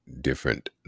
different